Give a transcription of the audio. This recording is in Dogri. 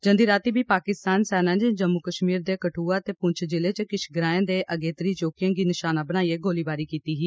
जंदी रातीं बी पाकिस्तानी सेना नै जम्मू कश्मीर दे कठुआ ते पुंछ ज़िलें च किश ग्राएं ते अगेत्री चौकिएं गी नशाना बनाइयै गोलीबारी कीती ही